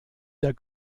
der